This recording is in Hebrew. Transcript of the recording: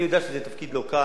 אני יודע גם שזה תפקיד לא קל,